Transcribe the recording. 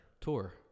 tour